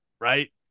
right